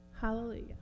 Hallelujah